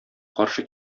каршы